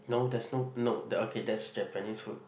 no there's no no that okay that's Japanese food